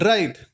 Right